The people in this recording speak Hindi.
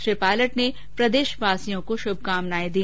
श्री पायलट ने प्रदेशवासियों को शुभकामना दी